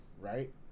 right